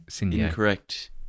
Incorrect